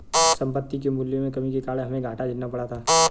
संपत्ति के मूल्यों में कमी के कारण हमे घाटा झेलना पड़ा था